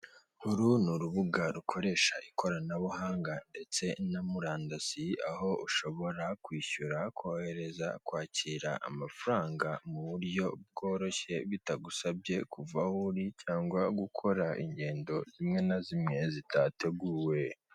Inzu icumbikirwamo abantu izwi nka hoteli, ikikijwe n'indabo zo mu bwoko butandukanye ziri mu mavaze amabara y'icyatsi n'amabara y'umutuku wijimye, ikaba ari inyubako igeretse iri mu mabara y'umuhondo.